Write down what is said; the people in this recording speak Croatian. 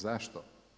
Zašto?